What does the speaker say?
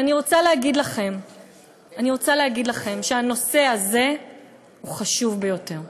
אבל אני רוצה להגיד לכם שהנושא הזה חשוב ביותר.